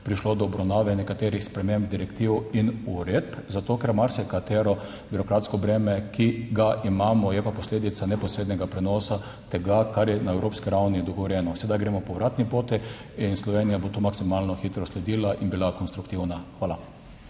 prišlo do obravnave nekaterih sprememb direktiv in uredb zato, ker marsikatero birokratsko breme, ki ga imamo, je pa posledica neposrednega prenosa tega, kar je na evropski ravni dogovorjeno. Sedaj gremo po vratni poti. In Slovenija bo to maksimalno hitro sledila in bila konstruktivna. Hvala.